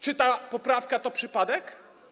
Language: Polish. Czy ta poprawka to przypadek?